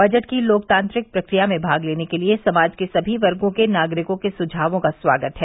budget की लोकतांत्रिक प्रक्रिया में भाग लेने के लिये समाज के सभी वर्गो के नागरिकों के सुझावों का स्वागत है